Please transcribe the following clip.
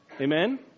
Amen